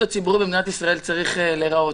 הציבורי במדינת ישראל צריך להיראות.